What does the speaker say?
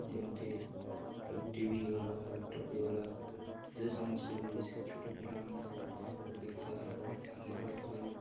ଯେମିତି T V ହୋଇଗଲା laptop ହୋଇଗଲା ସେ ସମସ୍ୟା ବି ବେଶି ଛୋଟ ପିଲାମାନଙ୍କ ଆଖି ଖରାପ ହେବ